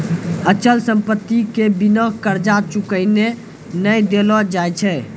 अचल संपत्ति के बिना कर्जा चुकैने नै देलो जाय छै